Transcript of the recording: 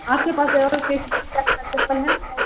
آپ کے پاس اور کس ٹائپ کا چپل ہے